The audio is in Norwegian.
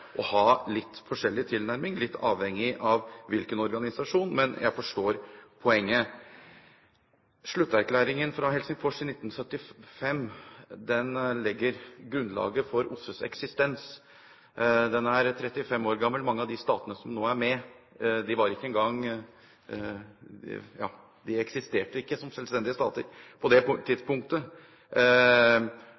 ha litt forskjellig tilnærming, litt avhengig av hvilken organisasjon, men jeg forstår poenget. Slutterklæringen fra Helsingfors i 1975 legger grunnlaget for OSSEs eksistens. Den er 35 år gammel. Mange av de statene som nå er med, eksisterte ikke som selvstendige stater på det